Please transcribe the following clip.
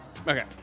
Okay